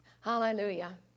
hallelujah